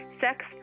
Sex